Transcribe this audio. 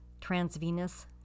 transvenous